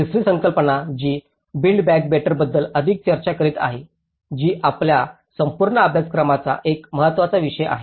तिसरी संकल्पना जी बिल्ड बॅक बेटर बद्दल अधिक चर्चा करीत आहे जी आपल्या संपूर्ण अभ्यासक्रमाचा एक महत्त्वाचा विषय आहे